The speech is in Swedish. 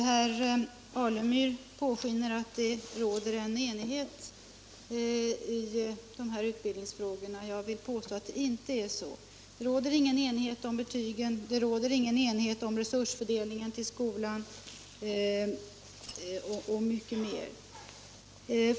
Herr talman! Herr Alemyr låter påskina att det råder enighet i utbildningsfrågorna. Jag påstår att det inte är så. Det råder ingen enighet om betygen, det råder ingen enighet om resursfördelningen i skolan, och det finns mycket mer som vi inte är eniga om.